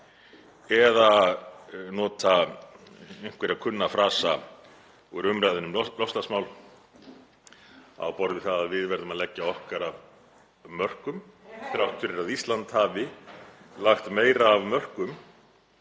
eða nota einhverja kunna frasa úr umræðunni um loftslagsmál á borð við það að við verðum að leggja okkar af mörkum þrátt fyrir að Ísland hafi lagt meira af mörkum